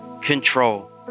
control